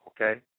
okay